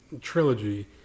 trilogy